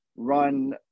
run